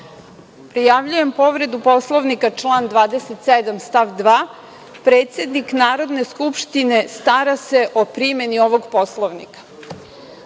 Prijavljujem povredu Poslovnika član 27. stav 2. – predsednik Narodne skupštine stara se o primeni ovog poslovnika.